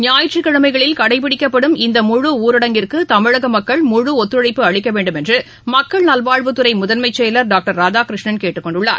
ஞாயிற்றுக்கிழமைகளில் கடைப்பிடிக்கப்படும் இந்த முழு ஊரடங்கிற்கு தமிழக மக்கள் முடி ஒத்துழைப்பு அளிக்க வேண்டுமென்று மக்கள் நல்வாழ்வுத்துறையின் முதன்மை செயல் டாக்டர் ராதாகிருஷ்ணன் கேட்டுக் கொண்டுள்ளார்